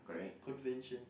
convention